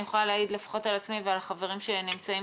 אני יכולה להעיד לפחות על עצמי והחברים שנמצאים